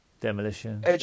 Demolition